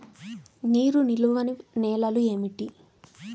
నీరు నిలువని నేలలు ఏమిటి?